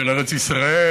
של ארץ ישראל,